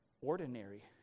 ordinary